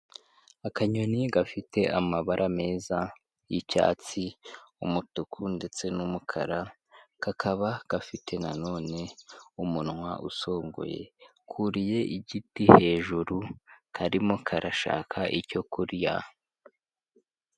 Akanyoni gafite amabara meza y'icyatsi, umutuku ndetse n'umukara, kakaba gafite na none umunwa usongoye kuriye igiti hejuru karimo karashaka icyo kurya.